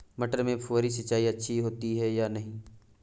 मटर में फुहरी सिंचाई अच्छी होती है या नहीं?